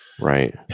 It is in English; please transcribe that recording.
right